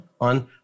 on